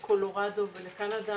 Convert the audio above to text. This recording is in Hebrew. בדו"ח לקולורדו וקנדה,